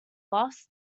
loss